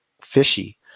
fishy